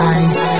ice